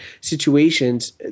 situations